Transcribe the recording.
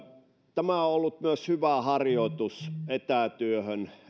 tämä on ollut myös hyvä harjoitus etätyöhön